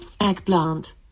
Eggplant